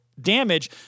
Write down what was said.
damage